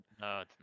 No